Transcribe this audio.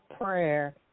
prayer